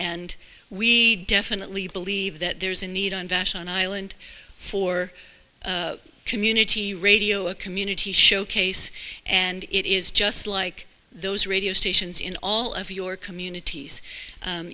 and we definitely believe that there's a need on vashon island for community radio a community showcase and it is just like those radio stations in all of your communities